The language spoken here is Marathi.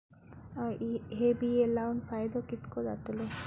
हे बिये लाऊन फायदो कितको जातलो?